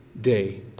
day